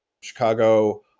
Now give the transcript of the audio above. Chicago